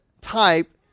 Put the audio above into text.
type